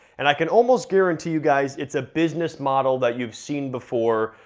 and i can almost guarantee you guys it's a business model that you've seen before,